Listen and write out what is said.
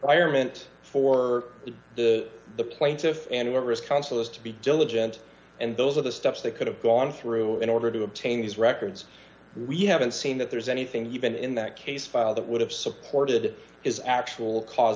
requirement for the plaintiff and whoever is counsel is to be diligent and those are the steps they could have gone through in order to obtain these records we haven't seen that there's anything even in that case file that would have supported his actual cause